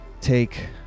take